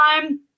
time